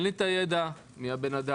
אין לי את הידע לגבי מיהו האדם,